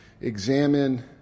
examine